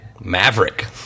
Maverick